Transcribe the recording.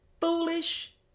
foolish